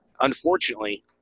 unfortunately